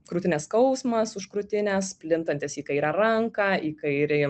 krūtinės skausmas už krūtinės plintantis į kairę ranką į kairį